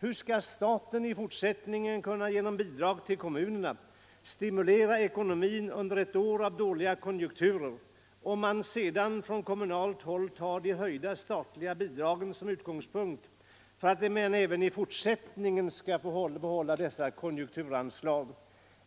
Hur skall staten i fortsättningen kunna genom bidrag till kommunerna stimulera ekonomin under år av dåliga konjunkturer, om man sedan från kommunalt håll utgår från att höjningarna av de statliga bidragen skall gälla även i fortsättningen?